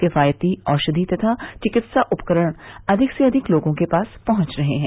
किफायती औषधी तथा चिकित्सा उपकरण अधिक से अधिक लोगों के पास पहुंच रहे हैं